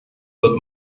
wird